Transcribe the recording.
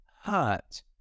hurt